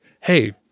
hey